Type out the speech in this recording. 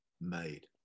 made